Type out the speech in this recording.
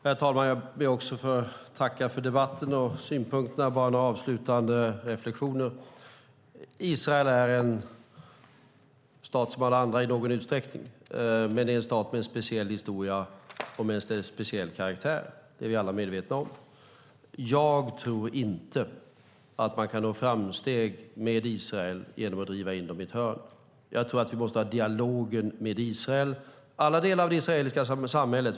Herr talman! Också jag ber att få tacka för debatten och för synpunkterna. Jag har bara några avslutande reflexioner. Israel är en stat som alla andra i någon utsträckning. Men det är en stat med en speciell historia och med en speciell karaktär; det är vi alla medvetna om. Jag tror inte att man kan nå framsteg med Israel genom att driva in landet i ett hörn. Jag tror att vi måste ha en dialog med Israel. Det gäller alla delar av det israeliska samhället.